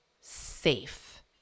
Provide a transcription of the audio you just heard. safe